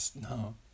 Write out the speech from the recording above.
No